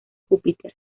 júpiter